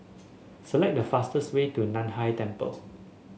select the fastest way to Nan Hai Temple